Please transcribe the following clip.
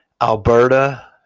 Alberta